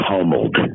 pummeled